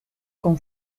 con